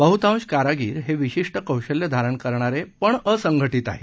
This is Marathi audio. बहुतांश कारागिर हे विशिष्ट कौशल्य धारण करणारे पण असंघटीत आहेत